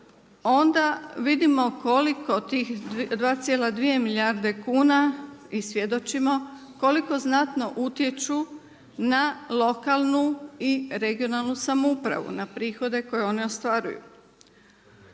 Onda vidimo koliko tih 2,2 milijarde kuna i svjedočimo koliko znatno utječu na lokalnu i regionalnu samoupravu, na prihode koje one ostvaruju.